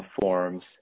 forms